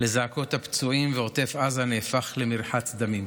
בזעקות הפצועים, ועוטף עזה נהפך למרחץ דמים.